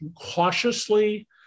cautiously